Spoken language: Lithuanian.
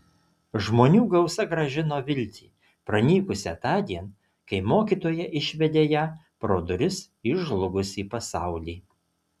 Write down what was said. žmonių gausa grąžino viltį pranykusią tądien kai mokytoja išvedė ją pro duris į žlugusį pasaulį